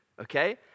Okay